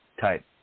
type